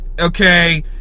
okay